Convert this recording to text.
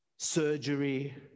surgery